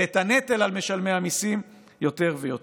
ואת הנטל על משלמי המיסים יותר ויותר.